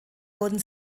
wurden